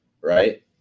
right